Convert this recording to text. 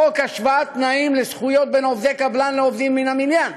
השוואת תנאים וזכויות לעובדי קבלן ולעובדים מן המניין.